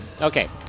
Okay